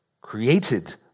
created